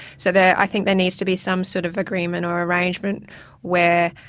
so there. i think there needs to be some sort of agreement or arrangement where